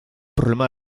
problema